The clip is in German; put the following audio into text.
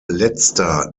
letzter